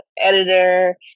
editor